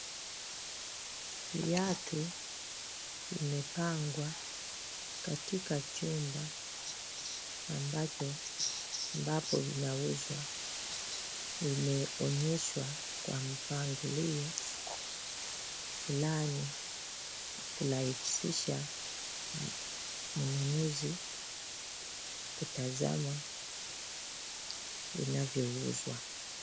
Viatu vimepangwa katika chumba ambapo vinauzwa. Vimeonyeshwa kwa mpangilio fulani kurahisisha mnunuzi kutazama vinavyouzwa.